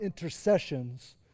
intercessions